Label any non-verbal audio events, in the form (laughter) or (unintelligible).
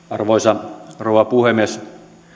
(unintelligible) arvoisa rouva puhemies